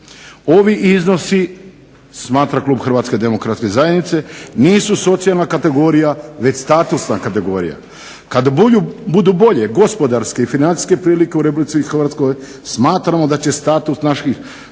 Ovi iznosi, smatra klub Hrvatske demokratske zajednice, nisu socijalna kategorija već statusna kategorija. Kad budu bolje gospodarske i financijske prilike u Republici Hrvatskoj smatramo da će status naših